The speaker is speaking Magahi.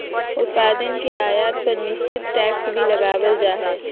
उत्पाद के आयात पर निश्चित टैक्स भी लगावल जा हय